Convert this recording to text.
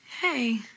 Hey